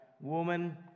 woman